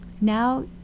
Now